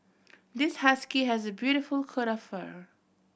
this husky has a beautiful coat of fur